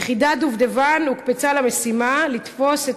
יחידת "דובדבן" הוקפצה למשימה לתפוס את